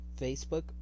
Facebook